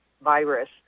virus